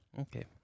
okay